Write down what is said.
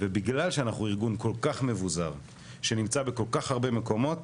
ובגלל שאנחנו ארגון כל כך מבוזר שנמצא בכל כך הרבה מקומות,